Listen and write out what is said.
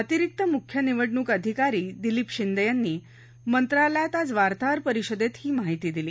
अतिरिक्त मुख्य निवडणूक अधिकारी दिलीप शिंदे यांनी मंत्रालयात आज वार्ताहर परिषदेत ही माहिती दिली